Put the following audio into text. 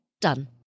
Done